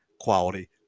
quality